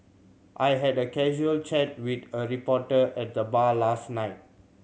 I had a casual chat with a reporter at the bar last night